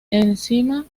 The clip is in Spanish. enzima